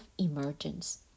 emergence